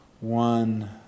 one